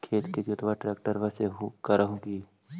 खेत के जोतबा ट्रकटर्बे से कर हू की?